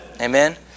Amen